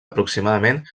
aproximadament